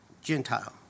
Gentile